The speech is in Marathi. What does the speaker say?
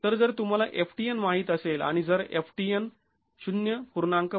तर जर तुम्हाला ftn माहित असेल आणि जर ftn ०